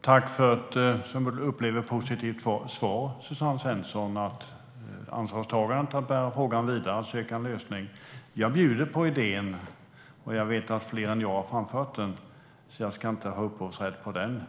Herr talman! Tack för ett, som jag upplever det, positivt svar, Suzanne Svensson! Det handlar om ansvarstagandet att bära frågan vidare och söka en lösning. Jag bjuder på idén. Jag vet att fler än jag har framfört den, så jag har inte någon upphovsrätt.